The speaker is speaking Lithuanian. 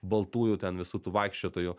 baltųjų ten visų tų vaikščiotojų